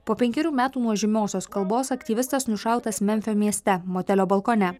po penkerių metų nuo žymiosios kalbos aktyvistas nušautas memfio mieste motelio balkone